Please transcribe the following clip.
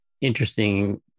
interesting